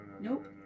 Nope